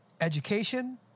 education